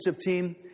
team